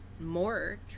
more